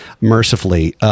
mercifully